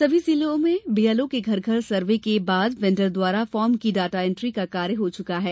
सभी जिलों में बीएलओं के घर घर सर्वे के बाद वेण्डर द्वारा फार्म की डाटा एन्ट्री का कार्य हो चुका है